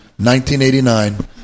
1989